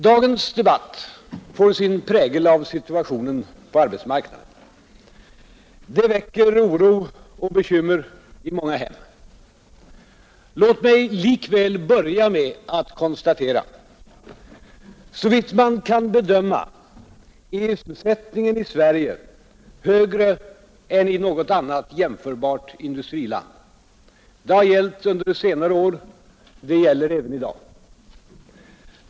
Dagens debatt får sin prägel av situationen på arbetsmarknaden, Läget väcker oro och bekymmer i många hem. Låt mig likväl börja med att konstatera: Såvitt man kan bedöma är sysselsättningen i Sverige högre än i något annat jämförbart industriland. Det har gällt under senare år. Det gäller även i dag.